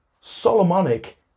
Solomonic